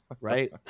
right